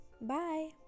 Bye